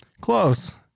Close